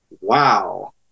wow